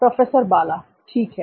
professor Bala ठीक है